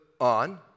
on